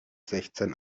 sechzehn